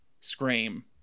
Scream